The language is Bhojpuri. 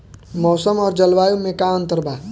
मौसम और जलवायु में का अंतर बा?